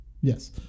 Yes